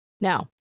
Now